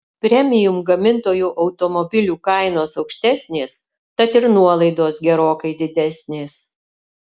premium gamintojų automobilių kainos aukštesnės tad ir nuolaidos gerokai didesnės